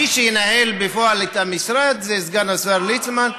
מי שינהל בפועל את המשרד זה סגן השר ליצמן.